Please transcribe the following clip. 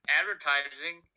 advertising